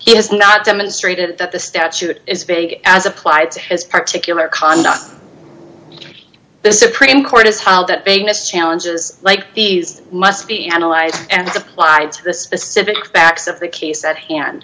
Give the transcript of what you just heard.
he has not demonstrated that the statute is vague as applied to his particular conduct the supreme court has held that vagueness challenges like these must be analyzed and applied to the specific backs of the case at hand